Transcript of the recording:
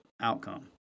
outcome